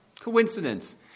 Coincidence